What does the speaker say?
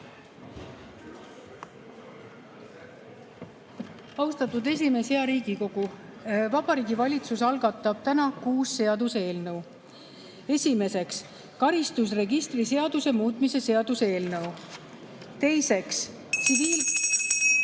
Austatud esimees! Hea Riigikogu! Vabariigi Valitsus algatab täna kuus seaduseelnõu. Esiteks, karistusregistri seaduse muutmise seaduse eelnõu. Teiseks, (Sumin